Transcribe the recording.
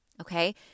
Okay